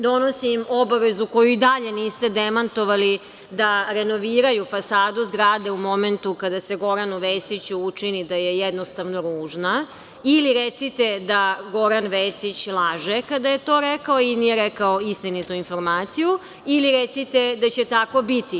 Donosi im obavezu koju i dalje niste demantovali da renoviraju fasadu zgrade u momentu kada se Goranu Vesiću učini da je jednostavno ružna, ili recite da Goran Vesić laže kada je to rekao i nije rekao istinitu informaciju, ili recite da će tako biti.